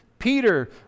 Peter